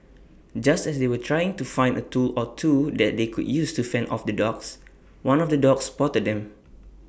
just as they were trying to find A tool or two that they could use to fend off the dogs one of the dogs spotted them